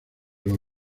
los